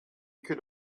could